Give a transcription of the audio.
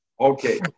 Okay